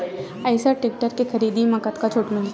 Eicher tractor के खरीदी म कतका छूट मिलही?